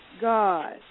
God